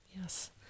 yes